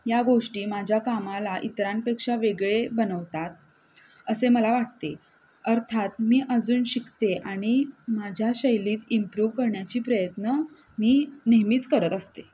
या गोष्टी माझ्या कामाला इतरांपेक्षा वेगळे बनवतात असे मला वाटते अर्थात मी अजून शिकते आणि माझ्या शैलीत इम्प्रूव करण्याची प्रयत्न मी नेहमीच करत असते